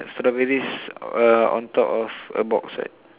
strawberries uh on top of a box right